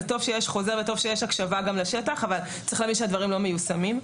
וטוב שיש חוזר ויש הקשבה גם לשטח אבל צריך להבין שהדברים לא מיושמים.